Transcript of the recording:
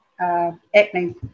acne